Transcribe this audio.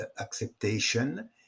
acceptation